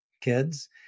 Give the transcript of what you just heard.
kids